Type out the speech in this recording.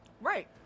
Right